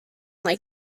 like